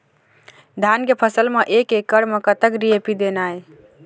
धान के फसल म एक एकड़ म कतक डी.ए.पी देना ये?